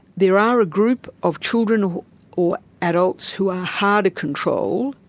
there are a group of children or adults who are hard to control,